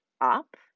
up